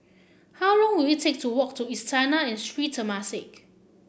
how long will it take to walk to Istana and Sri Temasek